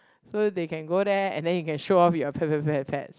so they can go there and then you can show off your pet pet pet pet pets